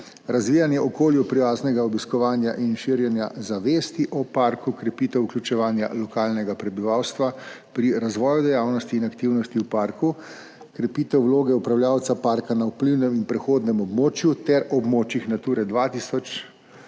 razvijanje okolju prijaznega obiskovanja in širjenje zavesti o parku, krepitev vključevanja lokalnega prebivalstva pri razvoju dejavnosti in aktivnosti v parku, krepitev vloge upravljavca parka na vplivnem in prehodnem območju ter območjih Nature 2000